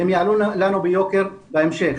הם יעלו לנו ביוקר בהמשך.